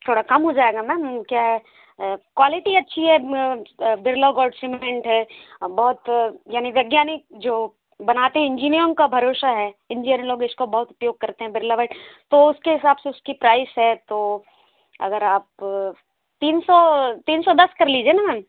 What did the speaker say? थोड़ा कम हो जाएगा मैम क्या है क्वालिटी अच्छी है बिरला गोल्ड सीमेंट है बहुत यानी वैज्ञानिक जो बनाते हैं इंजीनियरों का भरोसा है इंजीनियर लोग इसको बहुत उपयोग करते हैं बिरला व्हाइट तो उसके हिसाब से उसकी प्राइज़ है तो अगर आप तीन सौ तीन सौ दस कर लीजिए ना मैम